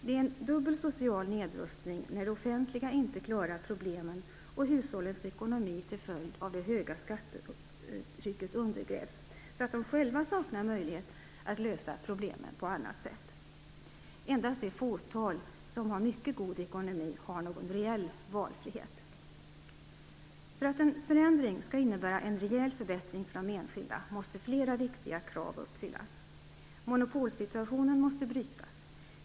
Det är en dubbel social nedrustning, när det offentliga inte klarar problemen och hushållens ekonomi till följd av det höga skattetrycket undergrävs, så att de själva saknar möjlighet att lösa problemen på annat sätt. Endast det fåtal som har mycket god ekonomi har någon reell valfrihet. För att en förändring skall innebära en rejäl förbättring för de enskilda, måste flera viktiga krav uppfyllas. Monopolsituationen måste brytas.